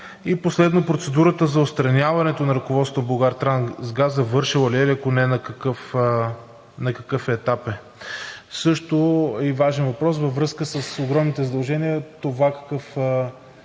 И последно, процедурата за отстраняването на ръководството на „Булгартрансгаз“ завършило ли е, или ако не, на какъв етап е? Също важен въпрос във връзка с огромните задължения. Това какъв